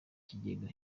kigega